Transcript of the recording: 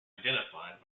identified